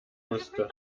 musste